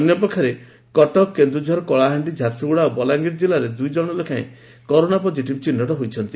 ଅନ୍ୟପକ୍ଷରେ କଟକ କେନ୍ଦଝର କଳାହାଣ୍ଡି ଝାରସ୍ରଗୁଡ଼ା ଓ ବଲାଣିର ଜିଲ୍ଲାରେ ଦୂଇ ଜଶ ଲେଖାଏଁ କରୋନା ପକିଟିଭ୍ ଚିହ୍ଟ ହୋଇଛନ୍ତି